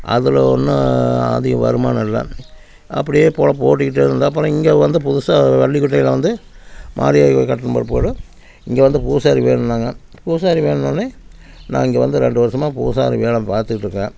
அதில் ஒன்றும் அதிகம் வருமானம் இல்லை அப்படியே பொழப்பு ஓட்டிட்டே இருந்தேன் அப்புறம் இங்கே வந்து புதுசாக வள்ளிக்குட்டையில் வந்து மாரியாயி கட்டின பிற்பாடு இங்கே வந்து பூசாரி வேணும்ன்னாங்க பூசாரி வேணுன்னவுடனே நான் இங்கே வந்து ரெண்டு வருஷமாக பூசாரி வேலை பார்த்துட்ருக்கறேன்